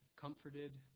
comforted